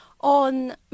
on